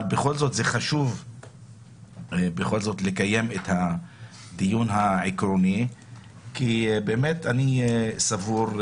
חשוב לקיים את הדיון העקרוני כי אני סבור,